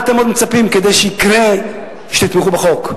מה עוד אתם מצפים שיקרה כדי שתתמכו בחוק?